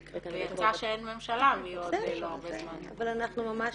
כי יצא שאין ממשלה -- אבל אנחנו ממש